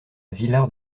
villard